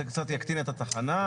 זה קצת יקטין את התחנה,